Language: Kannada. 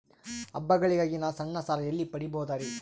ಹಬ್ಬಗಳಿಗಾಗಿ ನಾ ಸಣ್ಣ ಸಾಲ ಎಲ್ಲಿ ಪಡಿಬೋದರಿ?